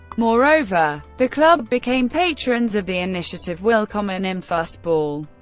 moreover, the club became patrons of the initiative willkommen im fussball,